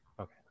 Okay